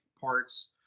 parts